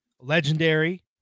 legendary